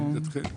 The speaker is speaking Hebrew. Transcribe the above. מהי עמדתכם?